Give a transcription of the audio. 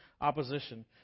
opposition